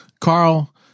Carl